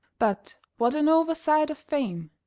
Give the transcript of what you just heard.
but, what an oversight of fame!